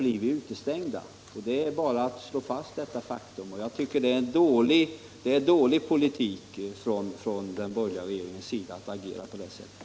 Det är bara att slå fast detta faktum. Det är dålig politik från den borgerliga regeringens sida att agera på det sättet.